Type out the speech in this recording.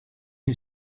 who